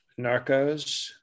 Narcos